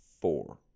four